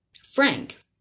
Frank